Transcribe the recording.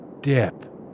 Dip